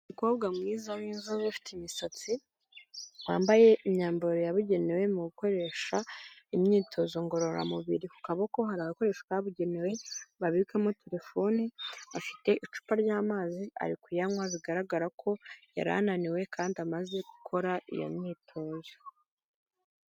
Umukobwa mwiza w'inzobe ufite imisatsi, wambaye imyambaro yabugenewe mu gukoresha imyitozo ngororamubiri, ku kaboko hari agakoresho kabugenewe babikamo telefoni, afite icupa ry'amazi ari kuyanywa bigaragara ko yari ananiwe kandi amaze gukora iyo myitozo.